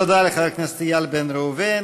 תודה לחבר הכנסת איל בן ראובן.